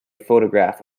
photograph